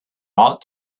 ought